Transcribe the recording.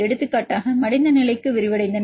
எடுத்துக்காட்டாக மடிந்த நிலைக்கு விரிவடைந்தன